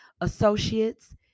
Associates